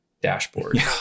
dashboard